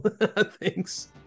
thanks